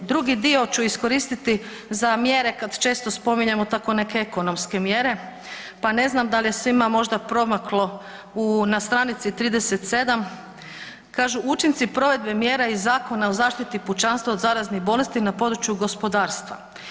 Drugi dio ću iskoristiti za mjere kad često spominjemo tako neke ekonomske mjere, pa ne znam dal je svima možda promaklo u, na stranici 37 kažu „učinci provedbe mjera iz Zakona o zaštiti pučanstva od zaraznih bolesti na području gospodarstva“